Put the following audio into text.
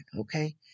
okay